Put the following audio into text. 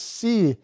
see